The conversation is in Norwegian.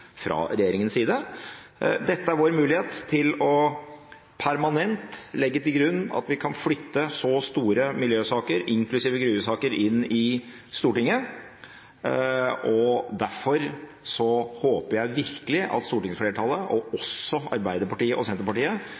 å legge til grunn at vi kan flytte så store miljøsaker, inklusive gruvesaker, inn i Stortinget. Derfor håper jeg virkelig at stortingsflertallet − også Arbeiderpartiet og Senterpartiet